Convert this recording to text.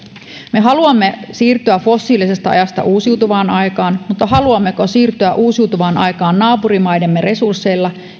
me haluamme siirtyä fossiilisesta ajasta uusiutuvaan aikaan mutta haluammeko siirtyä uusiutuvaan aikaan naapurimaidemme resursseilla